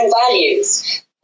values